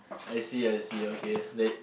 I see I see okay that